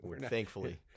Thankfully